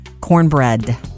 cornbread